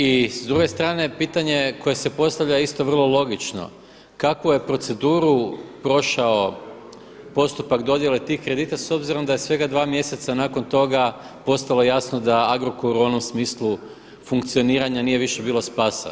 I s druge strane, pitanje je koje se postavlja isto vrlo logično kakvu je proceduru prošao postupak dodjele tih kredita s obzirom da je svega 2 mjeseca nakon toga postalo jasno da Agrokoru u onom smislu funkcioniranja nije više bilo spada.